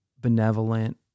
benevolent